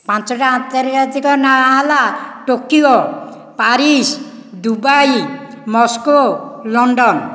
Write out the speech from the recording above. ପାଞ୍ଚଟା ଆନ୍ତର୍ଜାତିକ ନାଁ ହେଲା Tokyo Paris Dubai Moscow London